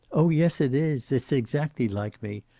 oh yes, it is. it's exactly like me.